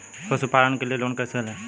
पशुपालन के लिए लोन कैसे लें?